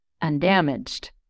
Undamaged